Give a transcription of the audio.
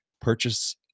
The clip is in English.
purchase